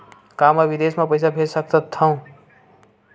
का मैं विदेश म पईसा भेज सकत हव?